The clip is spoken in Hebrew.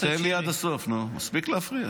תן לי עד הסוף, נו, מספיק להפריע.